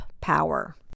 power